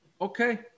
okay